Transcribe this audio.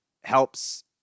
Helps